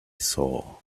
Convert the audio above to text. saw